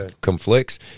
conflicts